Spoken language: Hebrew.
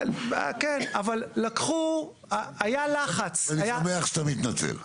אני שמח שאתה מתנצל.